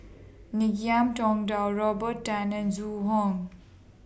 Ngiam Tong Dow Robert Tan and Zhu Hong